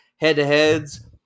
head-to-heads